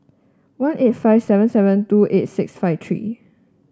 one eight five seven seven two eight six five three